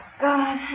God